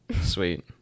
sweet